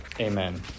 Amen